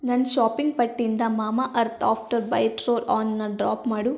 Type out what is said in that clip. ನನ್ನ ಶಾಪಿಂಗ್ ಪಟ್ಟಿಯಿಂದ Mamaearth after bite roll ಆನ್ನ ಡ್ರಾಪ್ ಮಾಡು